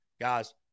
Guys